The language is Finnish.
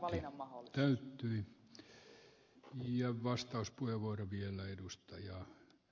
missä se on se valinnan mahdollisuus